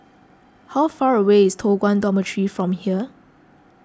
how far away is Toh Guan Dormitory from here